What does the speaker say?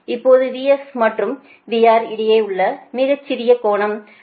இப்போது VS மற்றும் VR இடையே உள்ள மிகச் சிறிய கோணம் S R